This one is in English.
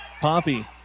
Poppy